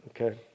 Okay